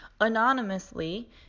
anonymously